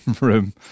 room